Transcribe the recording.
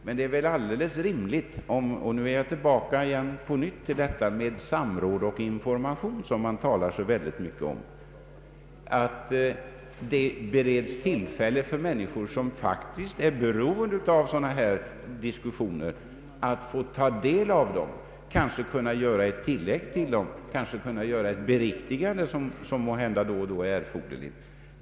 Men det är väl alldeles rimligt — och nu är jag tillbaka till detta med samråd och information som man talar så mycket om — att männi skor som faktiskt är beroende av sådana här diskussioner bereds tillfälle att ta del av dem och kanske får göra något tillägg till dem eller ett beriktigande som måhända då och då kan vara erforderligt.